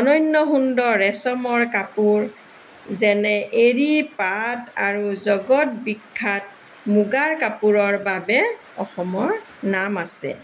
অনন্য সুন্দৰ ৰেছমৰ কাপোৰ যেনে এড়ী পাত আৰু জগত বিখ্যাত মুগাৰ কাপোৰৰ বাবে অসমৰ নাম আছে